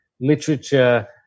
literature